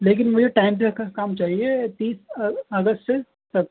لیکن مجھے ٹائم پہ کا کام چاہیے تیس اگسٹ سے تک